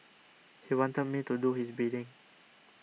he wanted me to do his bidding